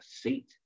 seat